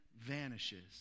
Vanishes